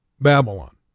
Babylon